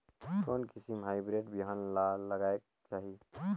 कोन किसम हाईब्रिड बिहान ला लगायेक चाही?